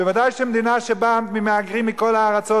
בוודאי במדינה שבה מהגרים מכל הארצות,